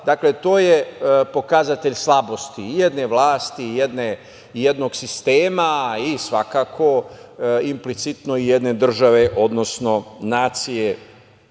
sila, to je pokazatelj slabosti i jedne vlasti i jednog sistema i, svakako, implicitno i jedne države, odnosno nacije